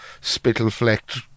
spittle-flecked